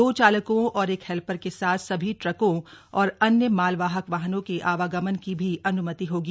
दो चालकों और एक हेल्पर के साथ सभी ट्रकों और अन्य मालवाहक वाहनों के आवागमन की भी अनुमति होगी